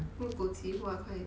入口即化 kind